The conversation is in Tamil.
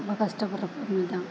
ரொம்ப கஷ்டப்பட்ற ஃபேமிலி தான்